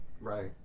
Right